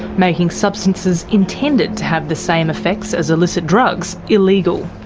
making substances intended to have the same effects as illicit drugs illegal.